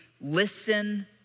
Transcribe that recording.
listen